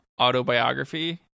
autobiography